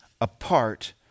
apart